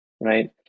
right